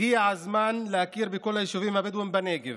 הגיע הזמן להכיר בכל היישובים הבדואיים בנגב,